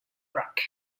burke